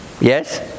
Yes